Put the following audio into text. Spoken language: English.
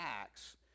Acts